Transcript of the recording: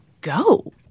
go